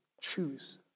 choose